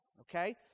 okay